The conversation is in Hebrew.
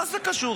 מה זה קשור?